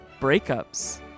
Breakups